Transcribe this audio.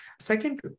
Second